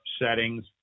settings